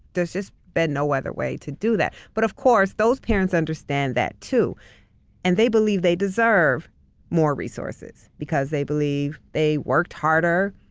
there's just been no other way to do that. but of course, those parents understand that too and they believe they deserve more resources because they believe they worked harder,